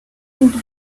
into